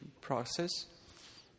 process